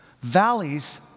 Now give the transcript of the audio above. Valleys